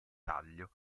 taglio